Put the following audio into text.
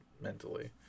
mentally